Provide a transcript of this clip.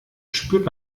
spürt